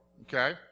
okay